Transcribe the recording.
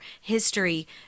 history